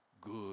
good